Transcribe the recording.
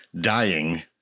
dying